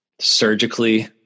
Surgically